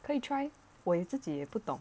可以 try 我也自己也不懂